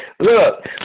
Look